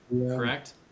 correct